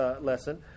lesson